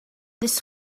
this